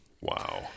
Wow